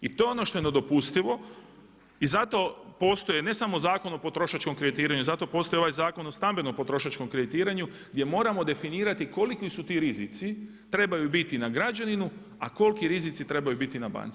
I to je ono što je nedopustivo, i zato postoje ne samo Zakon o potrošačkom kreditiranju, zato postoji ovaj Zakon o stambenom potrošačkom kreditiranju gdje moramo definirati koliki ti rizici trebaju biti na građaninu, a koliki rizici trebaju biti na banci.